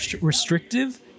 restrictive